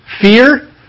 Fear